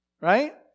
right